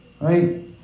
right